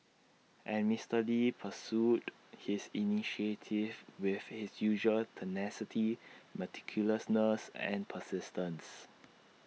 and Mister lee pursued his initiative with his usual tenacity meticulousness and persistence